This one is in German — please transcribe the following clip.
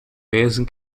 wesen